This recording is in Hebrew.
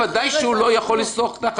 ודאי שהתקופה הזאת לא צריכה להיחשב בתוך